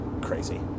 crazy